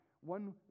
one